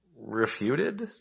Refuted